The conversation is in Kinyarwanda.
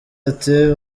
ati